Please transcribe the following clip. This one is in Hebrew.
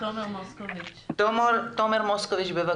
תומר מוסקוביץ' בבקשה.